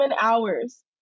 hours